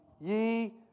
ye